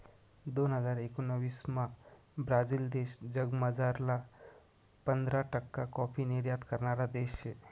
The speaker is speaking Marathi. दोन हजार एकोणाविसमा ब्राझील देश जगमझारला पंधरा टक्का काॅफी निर्यात करणारा देश शे